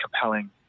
compelling